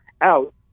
out